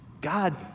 God